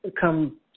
come